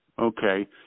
Okay